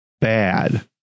bad